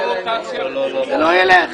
זה לא יילך.